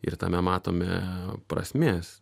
ir tame matome prasmės